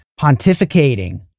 pontificating